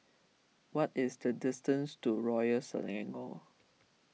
what is the distance to Royal Selangor